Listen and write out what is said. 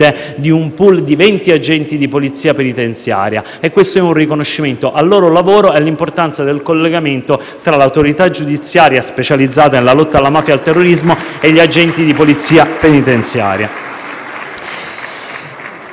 di un *pool* di 20 agenti di polizia penitenziaria. Si tratta di un riconoscimento al loro lavoro e all'importanza del collegamento tra l'autorità giudiziaria, specializzata nella lotta alla mafia e al terrorismo, e gli agenti di polizia penitenziaria.